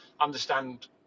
understand